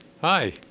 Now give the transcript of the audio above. Hi